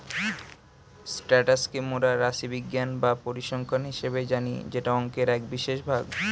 status কে মোরা রাশিবিজ্ঞান বা পরিসংখ্যান হিসেবে জানি যেটা অংকের এক বিশেষ ভাগ